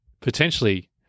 potentially